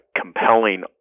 compelling